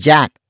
Jack